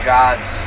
Jobs